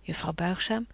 juffrouw buigzaam